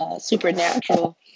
supernatural